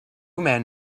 men